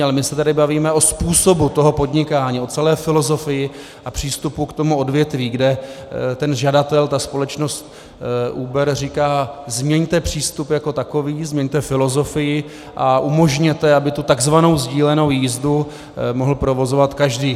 Ale my se tady bavíme o způsobu toho podnikání, o celé filozofii a přístupu k tomu odvětví, kde ten žadatel, společnost Uber, říká, změňte přístup jako takový, změňte filozofii a umožněte, aby tu tzv. sdílenou jízdu mohl provozovat každý.